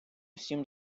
всім